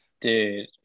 Dude